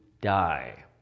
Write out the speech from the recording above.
die